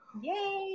Yay